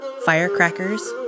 firecrackers